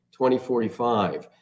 2045